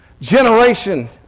Generation